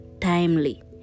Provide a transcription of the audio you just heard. timely